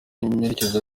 iperereza